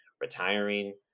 retiring